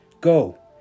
Go